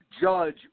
judge